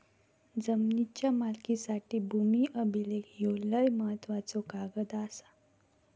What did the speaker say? जमिनीच्या मालकीसाठी भूमी अभिलेख ह्यो लय महत्त्वाचो कागद आसा